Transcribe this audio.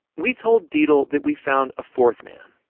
we told deitle that we found a fourth man,